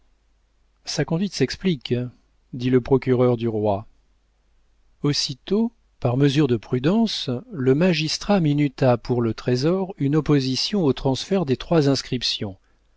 sa conduite s'explique dit le procureur du roi aussitôt par mesure de prudence le magistrat minuta pour le trésor une opposition au transfert des trois inscriptions